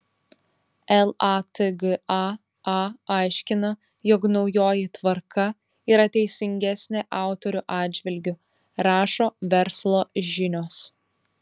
latga a aiškina jog naujoji tvarka yra teisingesnė autorių atžvilgiu rašo verslo žinios